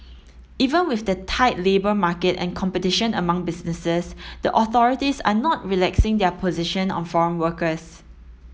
even with the tight labour market and competition among businesses the authorities are not relaxing their position on foreign workers